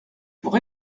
pour